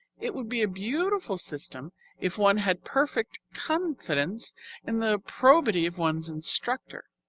it would be a beautiful system if one had perfect confidence in the probity of one's instructor.